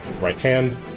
right-hand